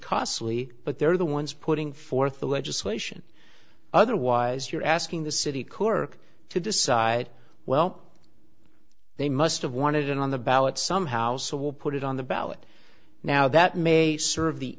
costly but they're the ones putting forth the legislation otherwise you're asking the city cork to decide well they must have wanted it on the ballot somehow so we'll put it on the ballot now that may serve the